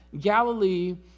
galilee